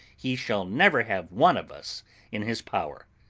he shall never have one of us in his power.